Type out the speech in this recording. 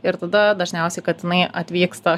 ir tada dažniausiai katinai atvyksta